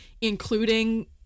including